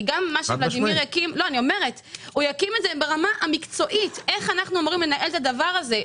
גם מה שולדימיר יקים יהיה גוף מקצועי לניהול הדבר הזה,